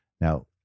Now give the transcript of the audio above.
Now